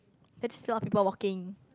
there's just a lot of people walking